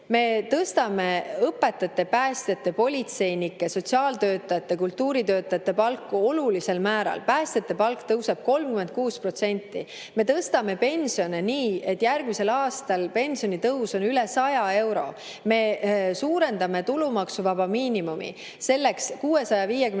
Me tõstame õpetajate, päästjate, politseinike, sotsiaaltöötajate ja kultuuritöötajate palka olulisel määral. Päästjate palk tõuseb 36%. Me tõstame pensione nii, et järgmisel aastal pensionitõus on üle 100 euro. Me suurendame tulumaksuvaba miinimumi selleks 654 euroni,